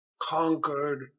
conquered